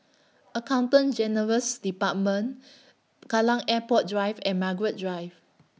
Accountant General's department Kallang Airport Drive and Margaret Drive